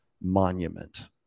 monument